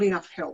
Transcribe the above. תבוסות.